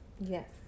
Yes